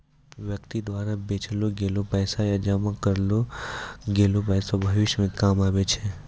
व्यक्ति द्वारा बचैलो गेलो पैसा या जमा करलो गेलो पैसा भविष्य मे काम आबै छै